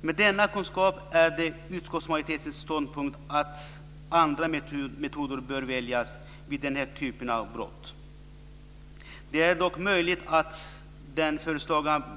Med denna kunskap är det utskottsmajoritetens ståndpunkt att andra metoder bör väljas vid den här typen av brott. Det är dock möjligt att den